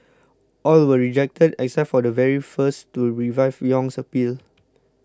all were rejected except for the very first to revive Yong's appeal